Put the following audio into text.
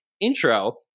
Intro